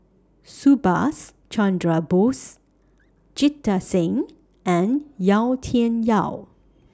Subhas Chandra Bose Jita Singh and Yau Tian Yau